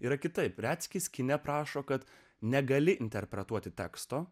yra kitaip retsykiais kine prašo kad negali interpretuoti teksto